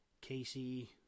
Casey